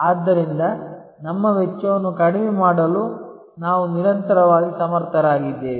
ಆದ್ದರಿಂದ ನಮ್ಮ ವೆಚ್ಚವನ್ನು ಕಡಿಮೆ ಮಾಡಲು ನಾವು ನಿರಂತರವಾಗಿ ಸಮರ್ಥರಾಗಿದ್ದೇವೆ